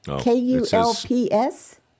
k-u-l-p-s